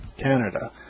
Canada